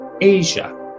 Asia